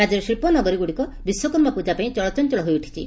ରାଜ୍ୟର ଶିକ୍ ନଗରୀଗୁଡ଼ିକ ବିଶ୍ୱକର୍ମା ପ୍ରଜା ପାଇଁ ଚଳଞଳ ହୋଇଉଠିଛି